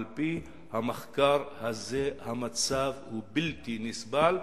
על-פי המחקר הזה, המצב הוא בלתי נסבל.